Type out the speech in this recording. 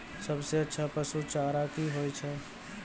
सबसे अच्छा पसु चारा की होय छै?